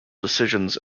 decisions